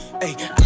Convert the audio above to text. Hey